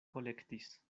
kolektis